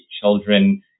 children